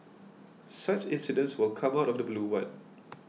such incidents will come out of the blue one